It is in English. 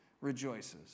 rejoices